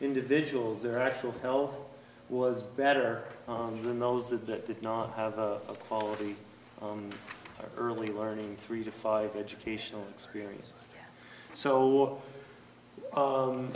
individuals their actual health was better than those that did not have a quality early learning three to five educational experience so